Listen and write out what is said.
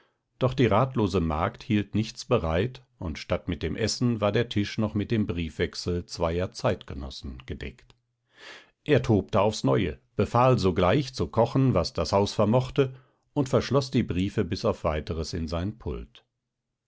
doch die ratlose magd hielt nichts bereit und statt mit dem essen war der tisch noch mit dem briefwechsel zweier zeitgenossen gedeckt er tobte aufs neue befahl sogleich zu kochen was das haus vermöchte und verschloß die briefe bis auf weiteres in sein pult